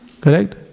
Correct